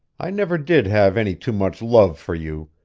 i never did have any too much love for you,